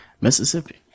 Mississippi